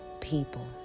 people